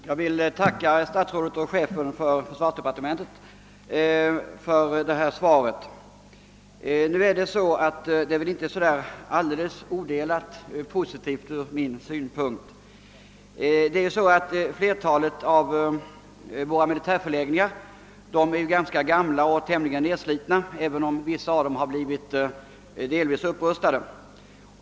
Herr talman! Jag vill tacka herr statsrådet och chefen för försvarsdepartementet för detta svar, även om det inte är odelat positivt ur min synpunkt. Flertalet av våra militärförläggningar är gamla och tämligen nerslitna, även om några av dem har upprustats delvis.